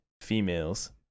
females